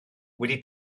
wedi